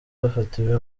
bafatiwe